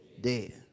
dead